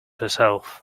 herself